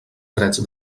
drets